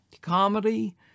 Comedy